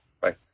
Bye